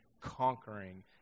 conquering